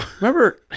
Remember